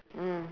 mm